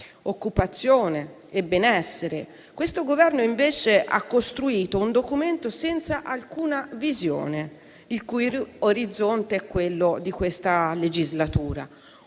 occupazione e benessere. Questo Governo, invece, ha costruito un documento senza alcuna visione, il cui orizzonte è quello di questa legislatura: